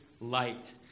light